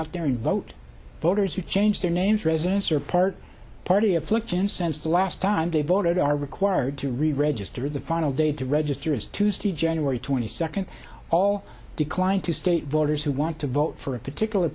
out there and vote voters who change their names residence are part party affliction sense the last time they voted are required to reregister the final day to register is tuesday january twenty second all declined to state voters who want to vote for a particular